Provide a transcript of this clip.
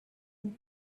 and